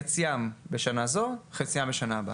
חציים לשנה זו וחציים לשנה הבאה.